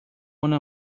one